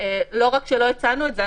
לא רק שלא הצענו את זה,